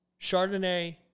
Chardonnay